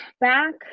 back